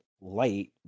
light